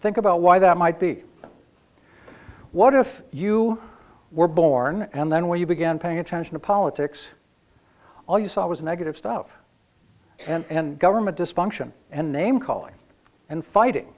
think about why that might be what if you were born and then when you began paying attention to politics all you saw was negative stuff and government dysfunction and name calling and fight